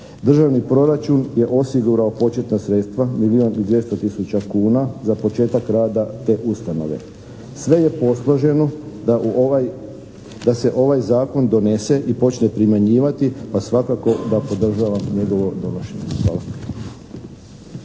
Državni proračun je osigurao početna sredstva milijun i 200 tisuća kuna za početak rada te ustanove. Sve je posloženo da se ovaj zakon donese i počne primjenjivati pa svakako da podržavam njegovo donošenje. Hvala.